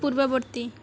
ପୂର୍ବବର୍ତ୍ତୀ